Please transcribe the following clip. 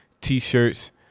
T-shirts